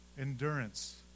endurance